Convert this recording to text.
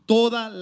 toda